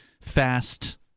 fast